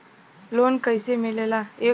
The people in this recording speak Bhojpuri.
लोन कईसे मिलेला?